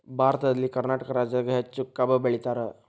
ಭಾರತದಲ್ಲಿ ಕರ್ನಾಟಕ ರಾಜ್ಯದಾಗ ಹೆಚ್ಚ ಕಬ್ಬ್ ಬೆಳಿತಾರ